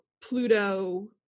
Pluto